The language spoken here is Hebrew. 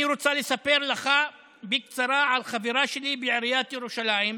אני רוצה לספר לך בקצרה על חברה שלי בעיריית ירושלים: